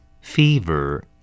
Fever